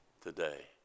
today